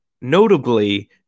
Notably